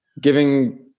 giving